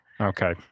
Okay